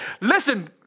Listen